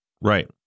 Right